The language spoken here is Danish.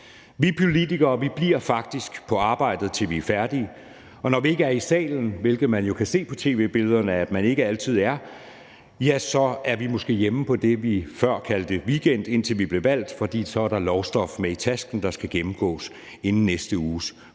Vi politikere bliver faktisk på arbejdet, til vi er færdige, og når vi ikke er i salen, hvilket man jo kan se på tv-billederne at vi ikke altid er, ja, så er vi måske hjemme på det, vi før kaldte weekend, inden vi blev valgt – for så er der lovstof med i tasken, der skal gennemgås inden næste uges forhandlinger.